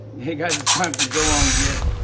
hey, guys. it's time for go on, git.